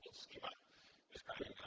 schema describing